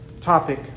topic